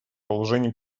положений